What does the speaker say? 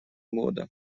года